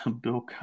Bill